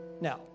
Now